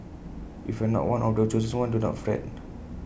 if you are not one of the chosen ones do not fret